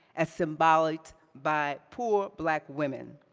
as symbolicked by poor black women.